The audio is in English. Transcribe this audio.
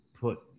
put